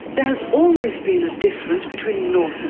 there has always been a difference between north